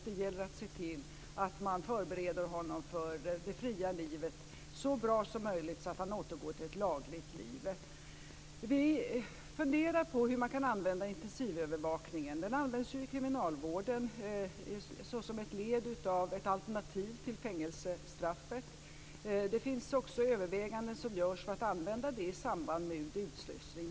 Det gäller att se till att man förbereder honom för det fria livet så bra som möjligt, så att han återgår till ett lagligt liv. Vi funderar på hur man kan använda intensivövervakningen. Den används ju i kriminalvården som ett alternativ till fängelsestraffet. Det görs också överväganden av att använda den i samband med utslussning.